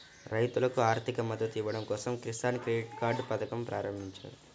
రైతులకు ఆర్థిక మద్దతు ఇవ్వడం కోసం కిసాన్ క్రెడిట్ కార్డ్ పథకం ప్రారంభించారు